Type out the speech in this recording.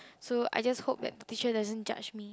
so I just hope that teacher doesn't judge me